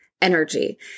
energy